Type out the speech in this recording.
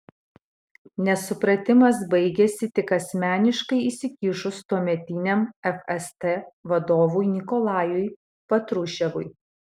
nesupratimas baigėsi tik asmeniškai įsikišus tuometiniam fst vadovui nikolajui patruševui